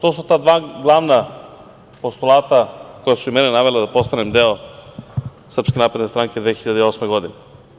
To su ta dva glavna postulata koja su i mene navela da postanem deo Srpske napredne stranke 2008. godine.